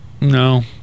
no